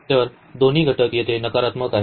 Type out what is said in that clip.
तर दोन्ही घटक येथे नकारात्मक आहेत